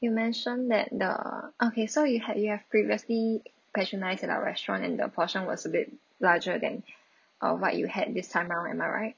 you mentioned that the okay so you had you have previously patronised in our restaurant and the portion was a bit larger than uh what you had this time round am I right